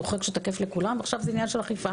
זה חוק שתקף לכולם ועכשיו זה עניין של אכיפה.